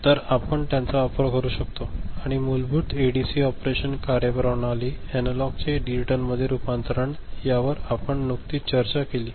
तर आपण त्यांचा वापर करू शकतो आणि मूलभूत एडीसी ऑपरेशन कार्यप्रणाली एनालॉगचे डिजिटलमध्ये रूपांतरण यावर आपण नुकतीच चर्चा केली